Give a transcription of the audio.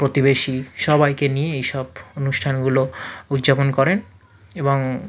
প্রতিবেশী সবাইকে নিয়েই এইসব অনুষ্ঠানগুলো উদযাপন করেন এবং